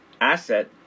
asset